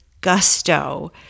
Gusto